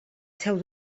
seu